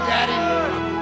Daddy